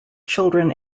children